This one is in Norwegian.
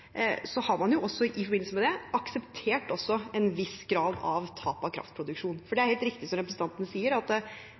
har man også akseptert en viss grad av tap av kraftproduksjon. Det er helt riktig som representanten sier, at